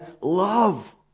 love